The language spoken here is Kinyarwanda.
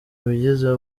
bigize